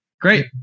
great